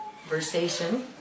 conversation